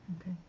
Okay